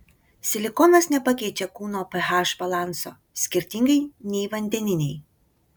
silikonas nepakeičia kūno ph balanso skirtingai nei vandeniniai